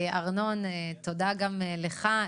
פרופ' ארנון אפק, תודה גם לך.